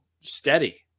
steady